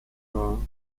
dar